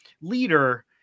leader